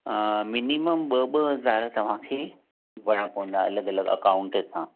minimum ॿ ॿ हज़ार तव्हांखे भरणा पवंदा अलॻि अलॻि अकाउंट सां